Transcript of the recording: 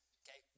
okay